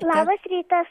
labas rytas